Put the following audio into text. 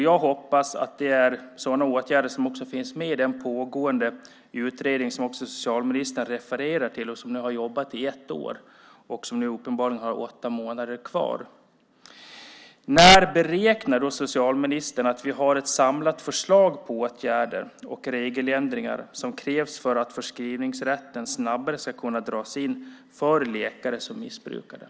Jag hoppas att det också är sådana åtgärder som finns med i den pågående utredning som socialministern refererar till som nu har jobbat i ett år och som nu uppenbarligen har åtta månader kvar. När beräknar socialministern att vi har ett samlat förslag på åtgärder och regeländringar som krävs för att förskrivningsrätten snabbare ska kunna dras in för läkare som missbrukar den?